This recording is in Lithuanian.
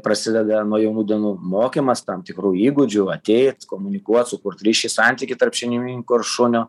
prasideda nuo jaunų dienų mokymas tam tikrų įgūdžių ateit komunikuot sukurti ryšį santykį tarp šeimininko ir šunio